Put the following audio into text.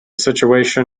situation